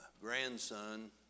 grandson